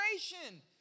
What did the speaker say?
generation